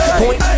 point